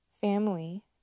family